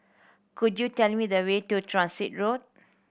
could you tell me the way to Transit Road